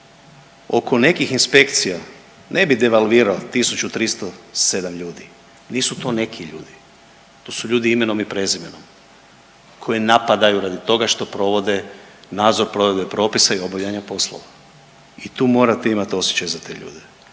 oko nekih inspekcija ne bi devalvirao 1.307 ljudi, nisu to neki ljudi, to su ljudi imenom i prezimenom koje napadaju radi toga što provode nadzor, provode propise i obavljanje poslova i tu morate imati osjećaj za te ljude,